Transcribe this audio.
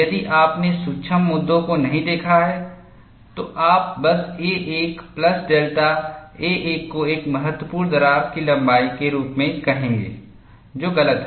यदि आपने सूक्ष्म मुद्दों को नहीं देखा है तो आप बस a1 प्लस डेल्टा a1 को एक महत्वपूर्ण दरार की लंबाई के रूप में कहेंगे जो गलत है